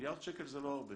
מיליארד שקלים זה לא הרבה